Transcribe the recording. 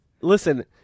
listen